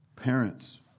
Parents